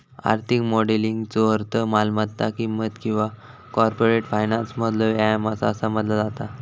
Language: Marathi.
आर्थिक मॉडेलिंगचो अर्थ मालमत्ता किंमत किंवा कॉर्पोरेट फायनान्समधलो व्यायाम असा समजला जाता